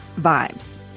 vibes